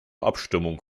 abstimmung